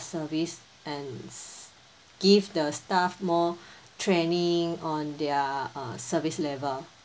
service and give the staff more training on their uh service level